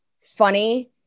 funny